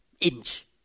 inch